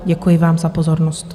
Děkuji vám za pozornost.